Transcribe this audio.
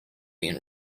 been